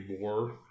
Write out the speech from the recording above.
more